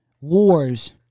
Wars